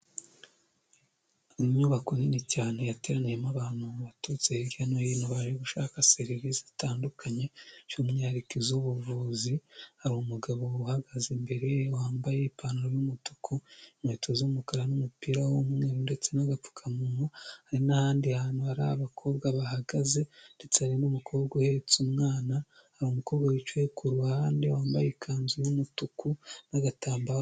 nyubako nini cyane yateraniyemo abantu baturutse hirya no hino barimo gushaka serivisi zitandukanye by'umwihariko z'ubuvuzi harimu umugabo uhagaze imbere wambaye ipantaro'umutuku inkweto z'umukara n'umupira w'umweru ndetse n'agapfukamunwa hari n'ahandi hantu hari abakobwa bahagaze ndetse hari n'umukobwa uhetse umwana hari umukobwa wicaye ku ruhande wambaye ikanzu y'umutuku n'agatambaro